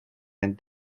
and